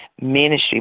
ministry